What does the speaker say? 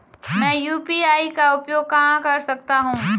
मैं यू.पी.आई का उपयोग कहां कर सकता हूं?